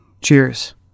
Cheers